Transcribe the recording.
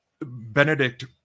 benedict